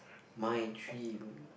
my dream